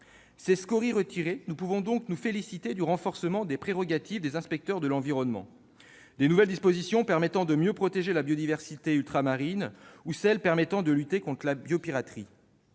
Ces scories retirées, nous pouvons nous féliciter du renforcement des prérogatives des inspecteurs de l'environnement, des nouvelles dispositions permettant de mieux protéger la biodiversité ultramarine ou de celles permettant de lutter contre la biopiraterie.